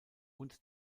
und